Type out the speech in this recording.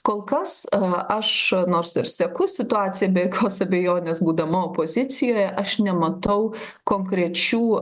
kol kas aš nors ir seku situaciją be jokios abejonės būdama opozicijoje aš nematau konkrečių